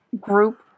group